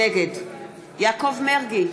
נגד יעקב מרגי,